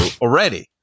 already